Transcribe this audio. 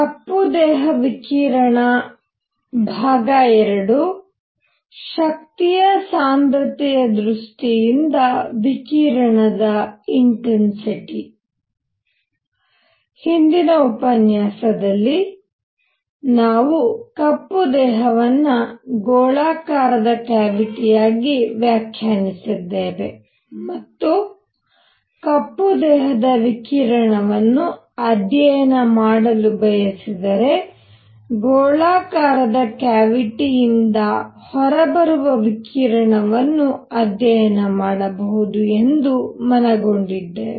ಕಪ್ಪು ದೇಹ ವಿಕಿರಣ II ಶಕ್ತಿಯ ಸಾಂದ್ರತೆಯ ದೃಷ್ಟಿಯಿಂದ ವಿಕಿರಣದ ಇನ್ಟೆನ್ಸಿಟಿ ಹಿಂದಿನ ಉಪನ್ಯಾಸದಲ್ಲಿ ನಾವು ಕಪ್ಪು ದೇಹವನ್ನು ಗೋಳಾಕಾರದ ಕ್ಯಾವಿಟಿ ಯಾಗಿ ವ್ಯಾಖ್ಯಾನಿಸಿದ್ದೇವೆ ಮತ್ತು ಕಪ್ಪು ದೇಹದ ವಿಕಿರಣವನ್ನು ಅಧ್ಯಯನ ಮಾಡಲು ಬಯಸಿದರೆ ಗೋಳಾಕಾರದ ಕ್ಯಾವಿಟಿಯಿಂದ ಹೊರಬರುವ ವಿಕಿರಣವನ್ನು ಅಧ್ಯಯನ ಮಾಡಬಹುದು ಎಂದು ಮನಗೊಂಡಿದ್ದೇವೆ